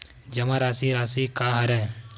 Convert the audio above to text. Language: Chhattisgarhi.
जमा राशि राशि का हरय?